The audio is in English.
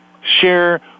share